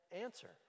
answer